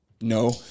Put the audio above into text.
No